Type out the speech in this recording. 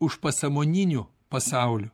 užpasąmoniniu pasauliu